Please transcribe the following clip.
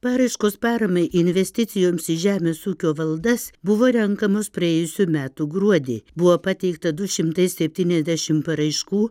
paraiškos paramai investicijoms į žemės ūkio valdas buvo renkamos praėjusių metų gruodį buvo pateikta du šimtai septyniasdešim paraiškų